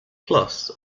plus